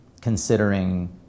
considering